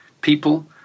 people